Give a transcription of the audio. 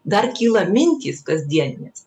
dar kyla mintys kasdieninės